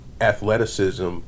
athleticism